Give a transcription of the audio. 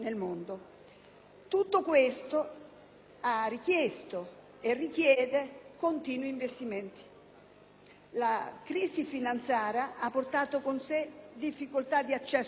Tutto questo ha richiesto e richiede continui investimenti. La crisi finanziaria ha portato con sé difficoltà di accesso al credito